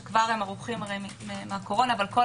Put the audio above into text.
שכבר הם ערוכים מהקורונה אבל כל